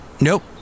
Nope